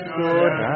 good